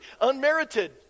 unmerited